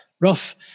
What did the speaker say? rough